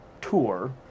tour